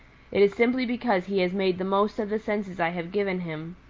it is simply because he has made the most of the senses i have given him.